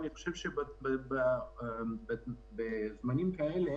אבל אני חושב שבזמנים כאלה